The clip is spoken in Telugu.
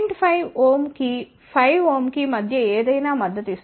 5Ω కి 5Ω కి మధ్య ఏదైనా మద్దతిస్తుంది